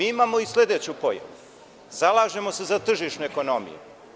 Imamo i sledeću pojavu – zalažemo se za tržišnu ekonomiju.